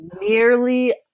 nearly